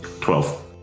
Twelve